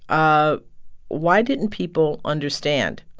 ah why didn't people understand?